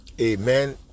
Amen